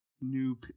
new